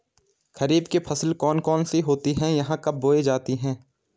खरीफ की फसल कौन कौन सी होती हैं यह कब बोई जाती हैं?